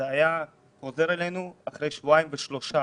זה היה חוזר אלינו אחרי שבועיים ושלושה